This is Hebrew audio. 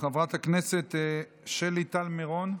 חברת הכנסת שלי טל מירון,